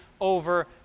over